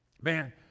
Man